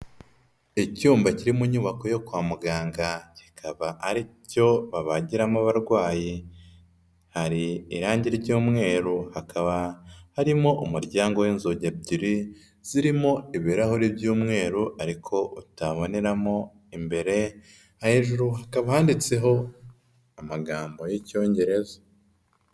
Icyumba kiri mu nyubako yo kwa muganga kikaba ari cyo babagiramo abarwayi, hari irange ry'umweru hakaba harimo umuryango w'inzugi ebyiri zirimo ibirahure by'umweru ariko utaboneramo imbere, hejuru hakaba handitseho amagambo y'Icyongereza.